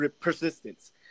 persistence